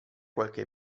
qualche